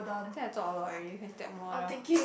I think I talk a lot already you can talk more now